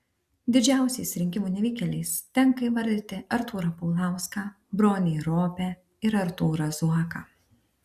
didžiausiais rinkimų nevykėliais tenka įvardyti artūrą paulauską bronį ropę ir artūrą zuoką